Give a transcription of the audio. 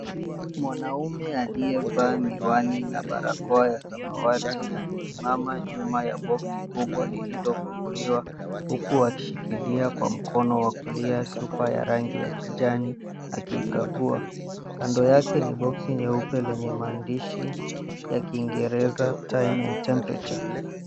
Mwanaume aliyevaa miwani na barakoa ya samawati amesimama nyuma ya boksi kubwa lililofunguliwa huku akishikilia kwa mkono wa kulia chupa ya rangi ya kijani akiikagua. Kando yake ni boksi nyeupe lenye maandishi ya kiingereza, time and temperature .